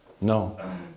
No